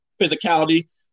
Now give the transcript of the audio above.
physicality